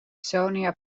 sonia